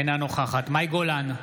אינה נוכחת מאי גולן,